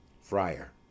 Friar